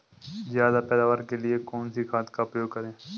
ज्यादा पैदावार के लिए कौन सी खाद का प्रयोग करें?